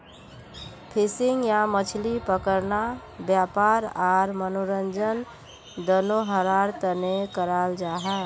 fishing या मछली पकड़ना वयापार आर मनोरंजन दनोहरार तने कराल जाहा